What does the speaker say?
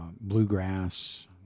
Bluegrass